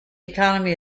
economy